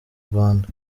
rwanda